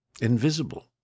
invisible